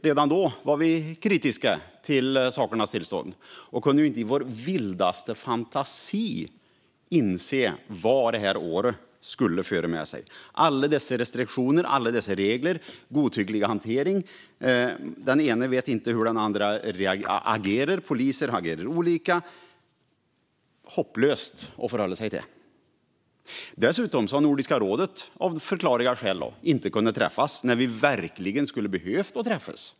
Redan då var vi kritiska till sakernas tillstånd och kunde inte i vår vildaste fantasi inse vad det här året skulle föra med sig i form av restriktioner och regler. Det har varit godtycklig hantering, den ena vet inte hur den andra agerar, poliser agerar olika - det har varit hopplöst att förhålla sig till. Dessutom har Nordiska rådet av förklarliga skäl inte kunnat träffas i ett läge där vi verkligen skulle ha behövt träffas.